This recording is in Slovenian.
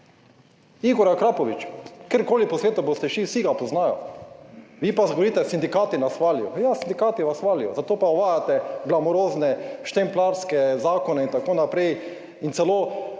Igor Akrapovič! Kjerkoli po svetu boste šli, vsi ga poznajo, vi pa govorite, sindikati nas hvalijo. Ja, sindikati vas valijo, zato pa uvajate glamurozne štempljarske zakone in tako naprej. In